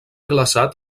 glaçat